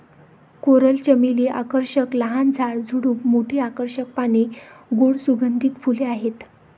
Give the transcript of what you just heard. coral चमेली आकर्षक लहान झाड, झुडूप, मोठी आकर्षक पाने, गोड सुगंधित फुले आहेत